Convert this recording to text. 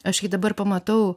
aš jį dabar pamatau